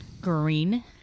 Green